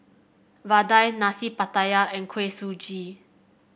vadai Nasi Pattaya and Kuih Suji